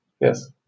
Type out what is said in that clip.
yes